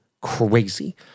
crazy